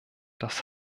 das